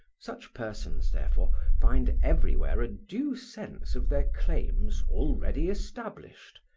such persons, therefore, find everywhere a due sense of their claims already established,